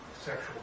sexual